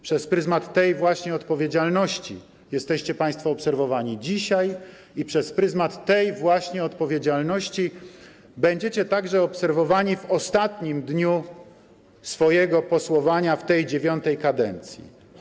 Przez pryzmat tej właśnie odpowiedzialności jesteście Państwo dzisiaj obserwowani i przez pryzmat tej właśnie odpowiedzialności będziecie obserwowani także w ostatnim dniu swojego posłowania w tej IX kadencji.